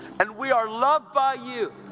and we are loved by you.